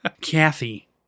Kathy